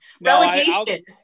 Relegation